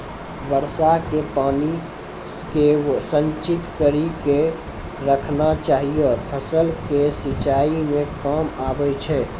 वर्षा के पानी के संचित कड़ी के रखना चाहियौ फ़सल के सिंचाई मे काम आबै छै?